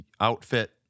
outfit